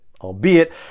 albeit